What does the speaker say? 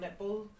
netball